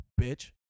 bitch